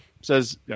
says